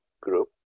group